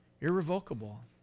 Irrevocable